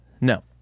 No